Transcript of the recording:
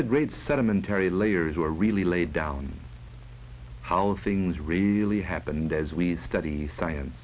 the great sedimentary layers were really laid down how things really happened as we study science